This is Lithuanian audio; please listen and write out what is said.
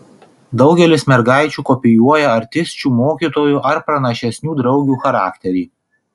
daugelis mergaičių kopijuoja artisčių mokytojų ar pranašesnių draugių charakterį